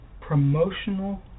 promotional